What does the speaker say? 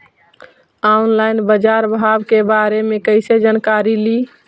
Online बाजार भाव के बारे मे कैसे जानकारी ली?